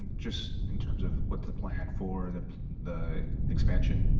just in terms of what's the plan for the the expansion.